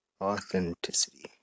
Authenticity